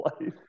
life